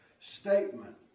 statement